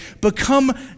become